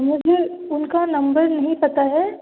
मुझे उनका नंबर नहीं पता है